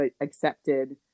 accepted